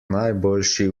najboljši